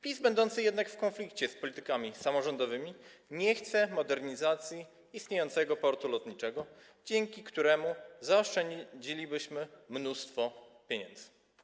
PiS, będący jednak w konflikcie z politykami samorządowymi, nie chce modernizacji istniejącego portu lotniczego, dzięki któremu zaoszczędzilibyśmy mnóstwo pieniędzy.